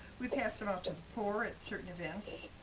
we pass them out to the poor at certain events.